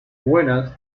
buenas